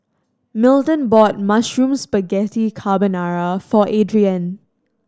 Milton bought Mushroom Spaghetti Carbonara for Adriene